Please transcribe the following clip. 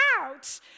out